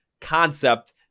concept